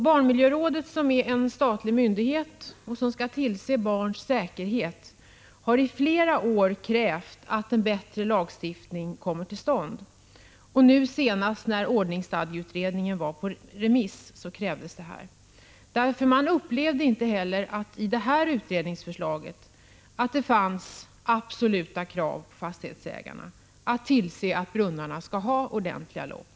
Barnmiljörådet, som är en statlig myndighet som skall tillse barns säkerhet, har i flera år krävt att en bättre lagstiftning kommer till stånd. Senast krävdes detta när ordningsstadgeutredningens betänkande var på remiss. Inte heller i det utredningsförslaget fanns det absoluta krav på fastighetsägarna att tillse att brunnarna skall ha ordentliga lock.